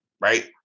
right